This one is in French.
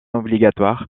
obligatoire